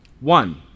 One